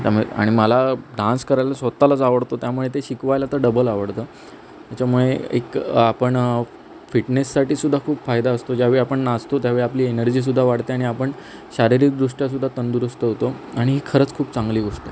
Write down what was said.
त्यामुळे आणि मला डान्स करायला स्वत लाच आवडतो त्यामुळे ते शिकवायला तर डबल आवडतं ह्याच्यामुळे एक आपण फिटनेससाठी सुद्धा खूप फायदा असतो ज्यावेळी आपण नाचतो त्यावेळी आपली एनर्जी सुद्धा वाढते आणि आपण शारीरिकदृष्ट्या सुद्धा तंदुरुस्त होतो आणि ही खरंच खूप चांगली गोष्ट आहे